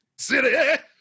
City